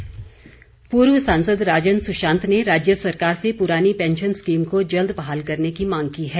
राजन सुशांत पूर्व सांसद राजन सुंशात ने राज्य सरकार से पुरानी पैंशन स्कीम को जल्द बहाल करने की मांग की है